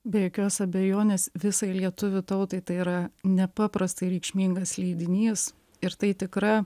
be jokios abejonės visai lietuvių tautai tai yra nepaprastai reikšmingas leidinys ir tai tikra